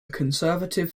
conservative